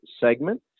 segment